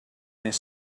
més